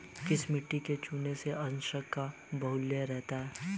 किस मिट्टी में चूने के अंशों का बाहुल्य रहता है?